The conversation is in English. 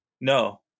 No